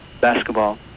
basketball